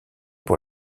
pour